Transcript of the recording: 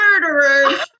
murderers